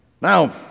Now